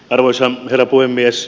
arvoisa herra puhemies